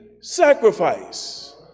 sacrifice